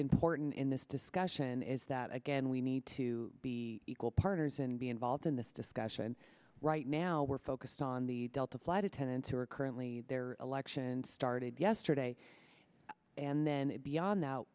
important in this discussion is that again we need to be equal partners and be involved in this discussion right now we're focused on the delta flight attendants who are currently their election started yesterday and then beyond now